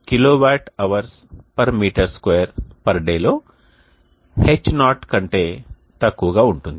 కాబట్టి Ha విలువ kWHoursm2Day లో H0 కంటే తక్కువగా ఉంటుంది